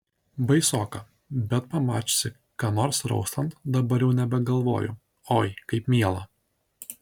baisoka bet pamačiusi ką nors raustant dabar jau nebegalvoju oi kaip miela